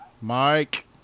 Mike